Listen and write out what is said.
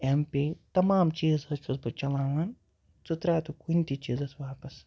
M پے تَمام چیٖز حظ چھُس بہٕ چَلاوان ژٕ تراو تہٕ کُنہِ تہِ چیٖزَس واپَس